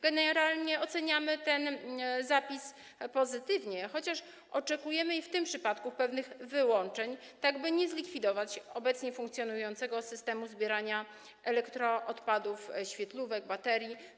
Generalnie oceniamy ten zapis pozytywnie, chociaż oczekujemy i w tym przypadku pewnych wyłączeń, tak by nie zlikwidować obecnie funkcjonującego systemu zbierania elektroodpadów, świetlówek, baterii.